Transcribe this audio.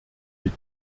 mit